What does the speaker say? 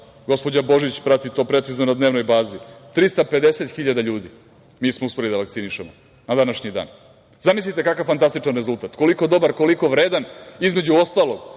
gospođa Božić prati to precizno na dnevnoj bazi, 350 hiljada ljudi mi smo uspeli da vakcinišemo na današnji dan. Zamislite, kakav fantastičan rezultat, koliko dobar, koliko vredan između ostalog